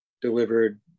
delivered